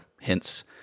hence